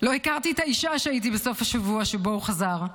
"לא הכרתי את האישה שהייתי בסוף השבוע שבו חזר,